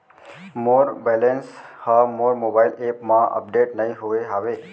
मोर balance हा मोर mobile app मा अपडेट नहीं होय हवे